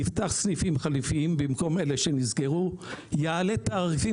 יפתח סניפים חליפיים במקום אלה שנסגרו ויעלה תעריפים